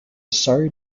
sorry